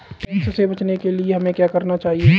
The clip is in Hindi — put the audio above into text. टैक्स से बचने के लिए हमें क्या करना चाहिए?